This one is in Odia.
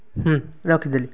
ହୁଁ ରଖିଦେଲି